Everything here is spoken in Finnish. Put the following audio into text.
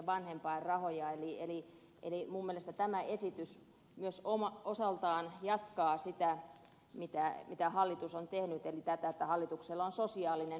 eli minun mielestäni tämä esitys myös osaltaan jatkaa sitä mitä hallitus on tehnyt eli että hallituksella on sosiaalinen hyvä omatunto